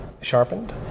sharpened